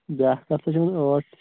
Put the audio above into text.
بیٛاکھ ہَسا چھِ یِوان ٲٹھ